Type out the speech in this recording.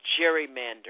gerrymandering